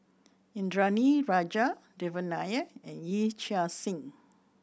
Indranee Rajah Devan Nair and Yee Chia Hsing